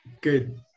Good